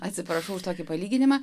atsiprašau už tokį palyginimą